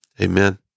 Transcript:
Amen